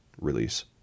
release